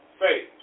faith